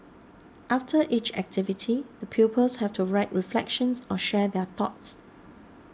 after each activity the pupils have to write reflections or share their thoughts